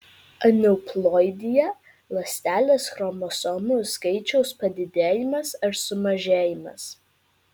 aneuploidija ląstelės chromosomų skaičiaus padidėjimas ar sumažėjimas